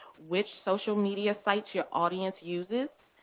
which social media sites your audience uses,